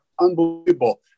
Unbelievable